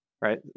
right